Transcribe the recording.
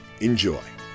enjoy